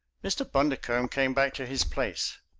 mr. bundercombe came back to his place.